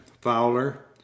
Fowler